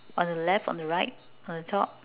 on the left on the right on the top